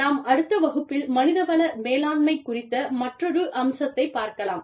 நாம் அடுத்த வகுப்பில் மனித வள மேலாண்மை குறித்த மற்றொரு அம்சத்தைப் பார்க்கலாம்